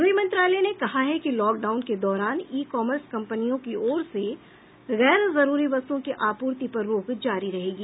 गृह मंत्रालय ने कहा है कि लॉकडाउन के दौरान ई कॉमर्स कम्पनियों की ओर से गैर जरूरी वस्तुओं की आपूर्ति पर रोक जारी रहेगी